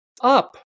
up